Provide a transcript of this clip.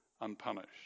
unpunished